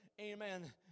amen